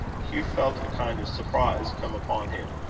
hugh felt a kind of surprise come upon him,